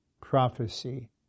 prophecy